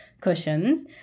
cushions